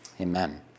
Amen